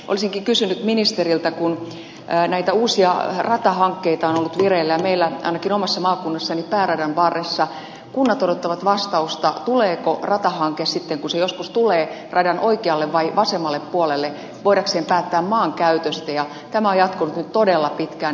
olisinkin kysynyt ministeriltä kun näitä uusia ratahankkeita on ollut vireillä ja meillä ainakin omassa maakunnassani pääradan varressa kunnat odottavat vastausta tuleeko ratahanke sitten kun se joskus tulee radan oikealle vai vasemmalle puolelle voidakseen päättää maankäytöstä tämä on jatkunut nyt todella pitkään